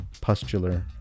pustular